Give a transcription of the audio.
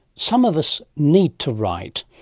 some of us need to write,